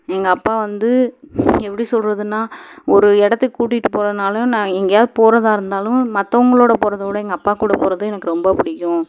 எங்கள் அப்பா வந்து எப்படி சொல்கிறதுன்னா ஒரு இடத்துக்கு கூட்டிட்டு போறன்னாலும் நான் எங்கேயாது போகிறதா இருந்தாலும் மற்றவங்களோட போகிறத விட எங்கள் அப்பா கூட போகிறது எனக்கு ரொம்ப பிடிக்கும்